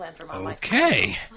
Okay